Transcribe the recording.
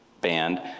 band